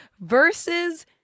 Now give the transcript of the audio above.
versus